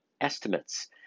estimates